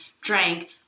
drank